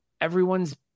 everyone's